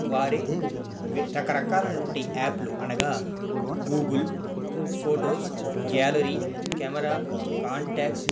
వాడే రకరకాలైనటువంటి యాప్లు అనగా Google photos gallery camera contacts